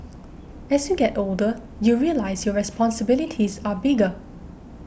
as you get older you realise your responsibilities are bigger